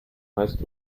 meist